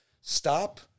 stop